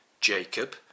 Jacob